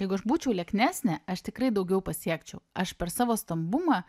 jeigu aš būčiau lieknesnė aš tikrai daugiau pasiekčiau aš per savo stambumą